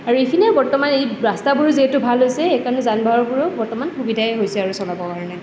আৰু এইখিনিয়ে বৰ্তমান এই ৰাস্তাবোৰো যিহেতু ভাল হৈছে সেইকাৰণে যান বাহনবোৰো বৰ্তমান সুবিধাহে হৈছে আৰু চলাব কাৰণে